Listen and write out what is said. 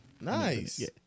Nice